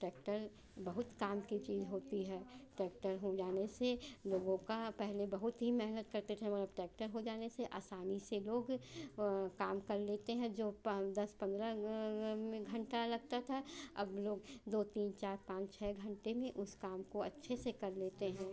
tractor बहुत काम की चीज़ होती है टैक्टर हो जाने से लोगों का पहेले बहुत ही मेहनत करते थे मगर अब ट्रैक्टर हो जाने से आसानी से लोग काम कर लेते हैं जो पाँच दस पन्द्रह में घंटा लगता था अब लोग दो तीन चार पाँच छः घंटे में उस काम को अच्छे से कर लेते हैं